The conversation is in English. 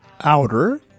Outer